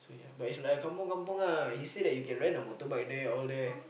so but it's like a kampung kampung ah he say that you can rent a motorbike there all there